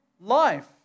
life